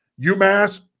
UMass